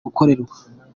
gukorerwa